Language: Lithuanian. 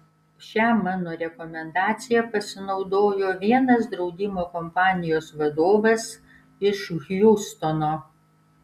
šia mano rekomendacija pasinaudojo vienas draudimo kompanijos vadovas iš hjustono